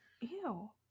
ew